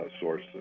source